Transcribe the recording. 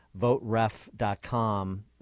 voteref.com